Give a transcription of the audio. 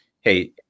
hey